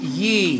ye